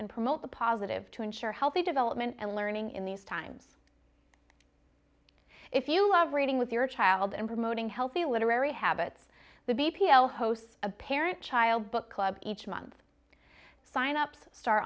and promote the positive to ensure healthy development and learning in these times if you love reading with your child and promoting healthy literary habits the b t l hosts a parent child book club each month sign ups start